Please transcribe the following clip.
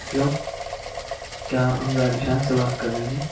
hello کیا آپ حمزہ علی شان سے بات کر رہے ہیں